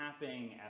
tapping